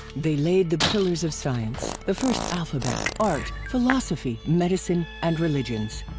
they laid the pillars of science, the first alphabet, art, philosophy, medicine and religions.